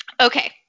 Okay